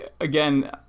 again